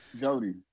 Jody